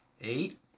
Eight